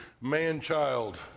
man-child